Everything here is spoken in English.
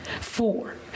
four